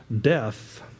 death